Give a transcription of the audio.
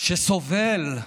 שסובל,